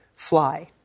fly